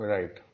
Right